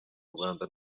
rwanda